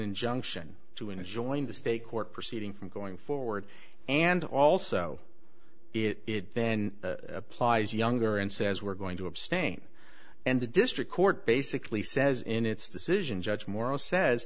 injunction to enjoying the state court proceeding from going forward and also it then applies younger and says we're going to abstain and the district court basically says in its decision judge morris says